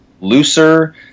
looser